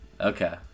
Okay